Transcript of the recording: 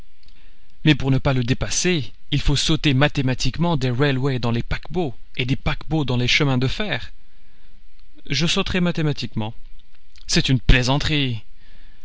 mais pour ne pas le dépasser il faut sauter mathématiquement des railways dans les paquebots et des paquebots dans les chemins de fer je sauterai mathématiquement c'est une plaisanterie